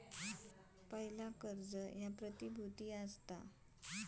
पयला कर्ज प्रतिभुती असता